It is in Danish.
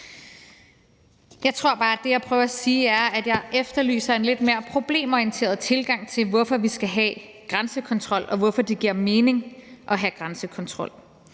sige, er, at jeg efterlyser en lidt mere problemorienteret tilgang til, hvorfor vi skal have grænsekontrol, og hvorfor det giver mening at have grænsekontrol.